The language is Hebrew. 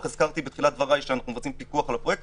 בתחילת דבריי שאנחנו מבצעים פיקוח על הפרויקט